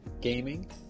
gaming